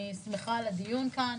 אני שמחה על הדיון כאן.